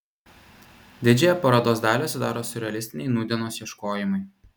didžiąją parodos dalį sudaro siurrealistiniai nūdienos ieškojimai